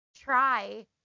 try